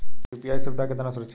UPI सुविधा केतना सुरक्षित ह?